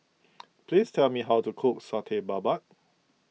please tell me how to cook Satay Babat